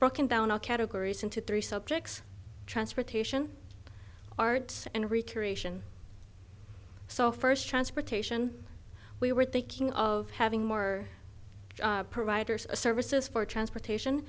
broken down our categories into three subjects transportation arts and recreate so first transportation we were thinking of having more providers a services for transportation